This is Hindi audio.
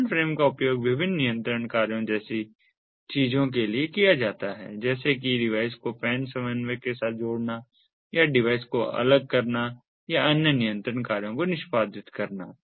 कमांड फ्रेम का उपयोग विभिन्न नियंत्रण कार्यों जैसी चीजों के लिए किया जाता है जैसे कि डिवाइस को PAN समन्वयक के साथ जोड़ना या डिवाइस को अलग करना या अन्य नियंत्रण कार्यों को निष्पादित करना